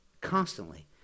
constantly